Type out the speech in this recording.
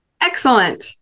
Excellent